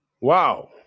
Wow